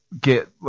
get –